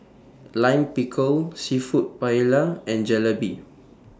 Lime Pickle Seafood Paella and Jalebi